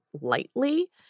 lightly